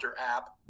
app